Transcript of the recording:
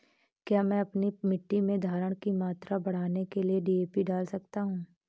क्या मैं अपनी मिट्टी में धारण की मात्रा बढ़ाने के लिए डी.ए.पी डाल सकता हूँ?